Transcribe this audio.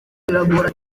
biragora